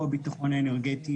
או הבטחון האנרגטי,